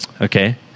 Okay